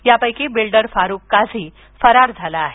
यापैकी बिल्डर फारूक काझी फरार झाला आहे